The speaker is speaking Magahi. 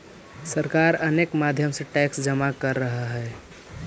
सरकार अनेक माध्यम से टैक्स जमा करऽ हई